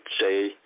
say